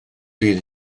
fydd